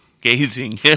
gazing